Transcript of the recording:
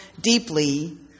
deeply